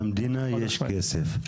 למדינה יש כסף.